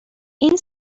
این